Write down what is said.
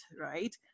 right